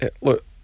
look